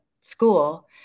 school